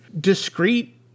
discrete